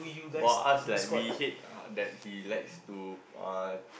for us like we hate uh that he likes to uh